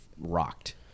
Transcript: rocked